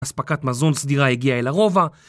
אספקת מזון סדירה הגיעה אל הרובע